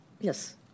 Yes